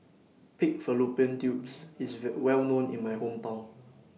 Pig Fallopian Tubes IS Well known in My Hometown